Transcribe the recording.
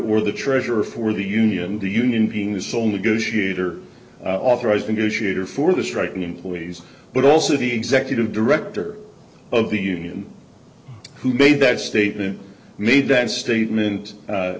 or the treasurer for the union the union being the sole negotiator authorized negotiator for the striking employees but also the executive director of the union who made that statement made that statement